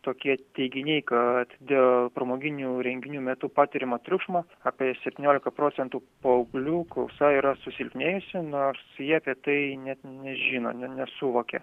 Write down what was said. tokie teiginiai kad dėl pramoginių renginių metu patiriamo triukšmo apie septyniolika procentų paauglių klausa yra susilpnėjusi nors jie apie tai net nežino nesuvokia